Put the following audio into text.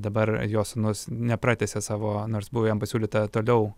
dabar jo sūnus nepratęsė savo nors buvo jam pasiūlyta toliau